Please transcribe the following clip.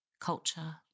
culture